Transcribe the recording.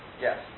Yes